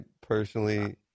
personally